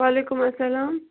وعلیکُم اَسَلام